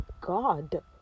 God